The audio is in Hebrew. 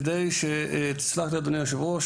כדי תסלח לי אדוני היושב-ראש,